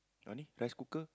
ah rice cooker